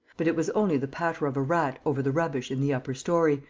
but it was only the patter of a rat over the rubbish in the upper story,